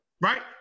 Right